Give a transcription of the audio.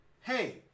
hey